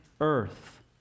earth